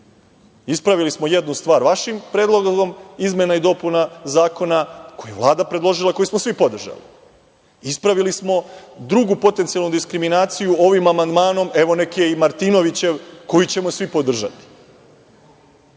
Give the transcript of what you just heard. studenata. Ispravili smo jednu stvar vašim predlogom izmene i dopune zakona koju je Vlada predložila, koju smo svi podržali. Ispravili smo drugu potencijalnu diskriminaciju ovim amandmanom, evo neka je i Martinovićev, koji ćemo svi podržati.